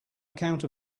account